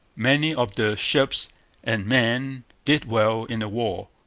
many of the ships and men did well in the war,